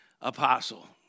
apostle